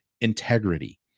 integrity